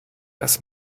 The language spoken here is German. das